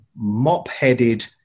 mop-headed